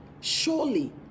Surely